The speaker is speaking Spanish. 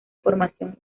formación